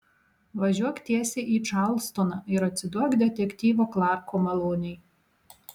važiuok tiesiai į čarlstoną ir atsiduok detektyvo klarko malonei